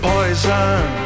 Poison